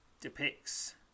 depicts